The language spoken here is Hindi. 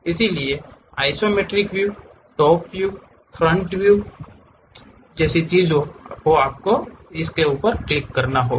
इसलिए isometric view top view front view इन चीजों को आपको उस पर क्लिक करके होगा